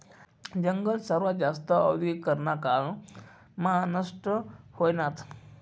जंगल सर्वात जास्त औद्योगीकरना काळ मा नष्ट व्हयनात